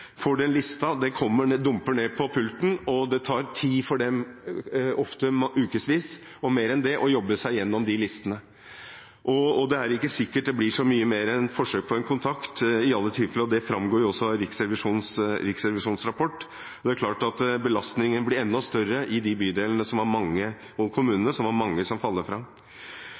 dumper ned på pulten deres, og det tar tid for dem, ofte ukesvis og mer enn det, å jobbe seg igjennom den. Det er ikke sikkert at det blir så mye mer enn forsøk på en kontakt i alle tilfeller – det framgår av Riksrevisjonens rapport – og det er klart at belastningen blir enda større i de bydelene og kommunene som har mange som faller fra.